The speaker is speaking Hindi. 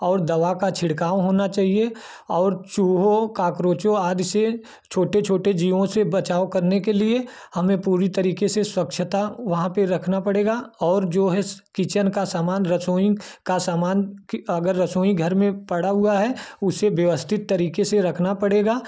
और दवा का छिड़काव होना चाहिए और चूहों कॉकरोचों आज से छोटे छोटे जीवों से बचाव करने के लिए हमें पूरी तरीके से स्वच्छता वहाँ पर रखना पड़ेगा और जो है किचन का सामान रसोई का सामान अगर रसोई घर में पड़ा हुआ है उसे व्यवस्थित तरीके से रखना पड़ेगा